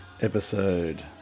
episode